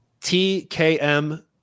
TKM